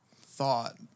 thought